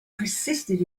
persisted